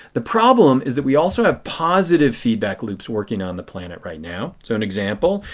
the problem is that we also have positive feedback loops working on the planet right now. so an example,